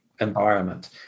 environment